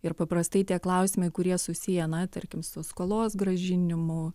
ir paprastai tie klausimai kurie susiję na tarkim su skolos grąžinimu